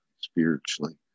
spiritually